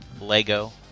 Lego